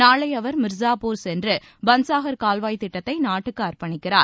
நாளை அவர் மிர்சாப்பூர் சென்று பள்சாகர் கால்வாய் திட்டத்தை நாட்டுக்கு அர்ப்பணிக்கிறார்